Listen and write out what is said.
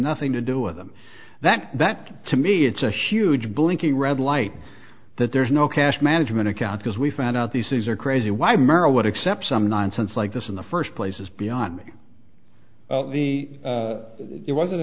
nothing to do with them that that to me it's a huge blinking red light that there's no cash management account because we found out these things are crazy why merrill would accept some nonsense like this in the first place is beyond me the it wasn't